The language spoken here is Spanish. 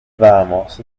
vamos